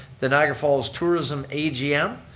the niagara falls tourism agm,